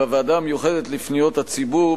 בוועדה המיוחדת לפניות הציבור,